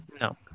No